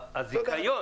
הזיכיון